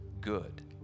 good